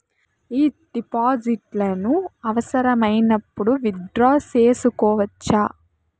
ఈ డిపాజిట్లను అవసరమైనప్పుడు విత్ డ్రా సేసుకోవచ్చా?